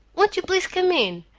won't you please come in?